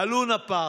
הלונה פארק,